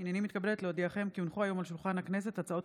העניינים מסמכים שהונחו על שולחן הכנסת 8 סגנית